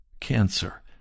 cancer